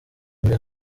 muri